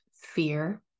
fear